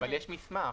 יש מסמך.